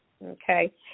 Okay